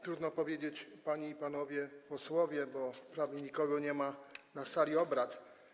Trudno powiedzieć: panie i panowie posłowie, bo prawie nikogo nie ma na sali obrad.